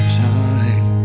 time